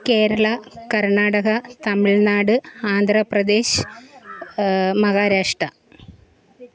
Kerala Karnataka Tamil Nadu Andhra Pradesh Maharashtra